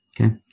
Okay